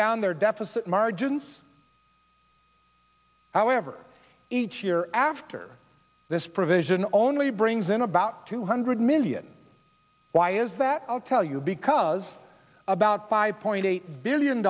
down their deficit margins however each year after this provision only brings in about two hundred million why is that i'll tell you because about five point eight billion